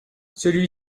celui